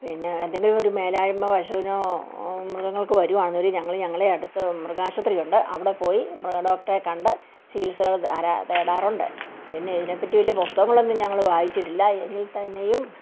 പിന്നെ എന്തെങ്കിലും ഒരു മേലായ്മ പശുവിനോ മൃഗങ്ങൾക്ക് വരികയാണെങ്കിൽ ഞങ്ങൾ ഞങ്ങളുടെ അടുത്ത് മൃഗാശുപത്രി ഉണ്ട് അവിടെ പോയി മൃഗ ഡോക്ടറെ കണ്ട് ചികിത്സകൾ ആരാ തേടാറുണ്ട് പിന്നെ ഇതിനെ പറ്റി വലിയ പുസ്തകങ്ങൾ ഒന്നും ഞങ്ങൾ വായിച്ചിട്ടില്ല എങ്കിൽ തന്നെയും